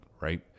right